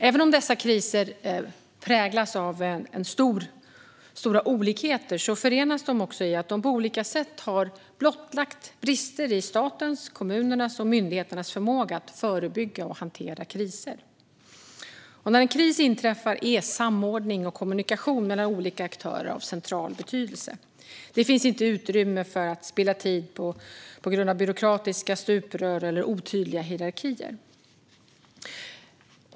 Även om dessa kriser är mycket olika förenas de i att de har blottlagt brister i statens, kommunernas och myndigheternas förmåga att förebygga och hantera kriser. När en kris inträffar är samordning och kommunikation mellan olika aktörer av central betydelse. Tid får inte spillas på grund av byråkratiska stuprör eller otydliga hierarkier.